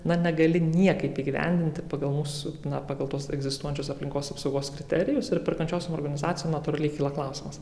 na negali niekaip įgyvendinti pagal mūsų na pagal tuos egzistuojančius aplinkos apsaugos kriterijus ir perkančiosiom organizacijom natūraliai kyla klausimas